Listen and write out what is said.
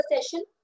session